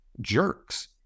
jerks